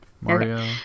Mario